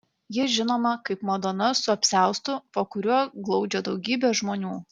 ji žinoma kaip madona su apsiaustu po kuriuo glaudžia daugybę žmonių